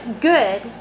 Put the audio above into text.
good